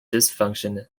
dysfunction